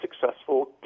successful